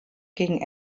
gegen